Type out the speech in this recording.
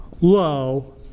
low